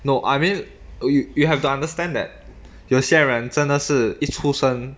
no I mean y~ you you have to understand that 有些人真的是一出生